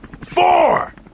Four